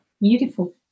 Beautiful